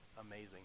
amazing